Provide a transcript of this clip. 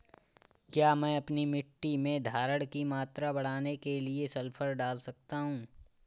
क्या मैं अपनी मिट्टी में धारण की मात्रा बढ़ाने के लिए सल्फर डाल सकता हूँ?